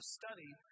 study